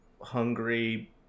hungry